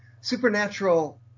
supernatural